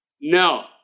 No